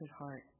heart